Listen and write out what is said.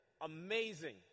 Amazing